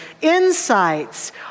insights